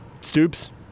Stoops